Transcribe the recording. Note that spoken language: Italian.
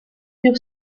più